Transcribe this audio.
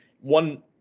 One